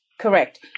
Correct